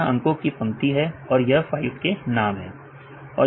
यह अंको की पंक्ति है और यह फाइलों के नाम है